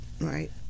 Right